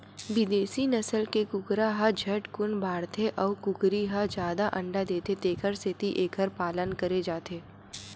बिदेसी नसल के कुकरा ह झटकुन बाड़थे अउ कुकरी ह जादा अंडा देथे तेखर सेती एखर पालन करे जाथे